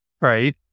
right